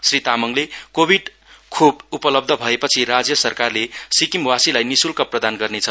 श्री तामाङले कोभिड खोप उपलब्ध भएपछि राज्य सरकारले सिक्किम वासीलाई निशुल्क उपलब्ध गर्नेछ